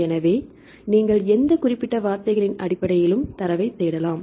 எனவே நீங்கள் எந்த குறிப்பிட்ட முக்கிய வார்த்தைகளின் அடிப்படையிலும் தரவைத் தேடலாம்